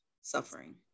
suffering